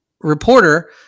reporter